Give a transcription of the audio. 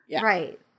right